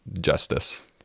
justice